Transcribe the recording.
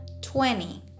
twenty